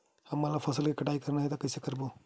हमन ला फसल के कटाई करना हे त कइसे करबो?